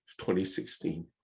2016